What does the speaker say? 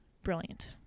Brilliant